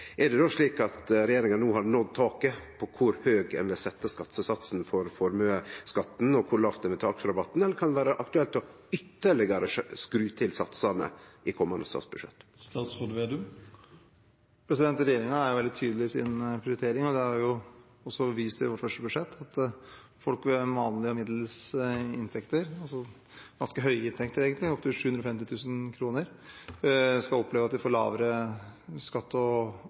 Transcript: er komne, er det då slik at regjeringa no har nådd taket for kor høgt ein vil setje skattesatsen for formuesskatten og kor lågt ein vil ta aksjerabatten? Eller kan det vere aktuelt å skru satsane ytterlegare til i komande statsbudsjett? Regjeringen er veldig tydelig i sin prioritering, og det har vi også vist i vårt første budsjett: Folk med vanlige og middels inntekter – ganske høye inntekter, egentlig; opptil 750 000 kr – skal oppleve at de får lavere skatte- og